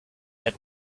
had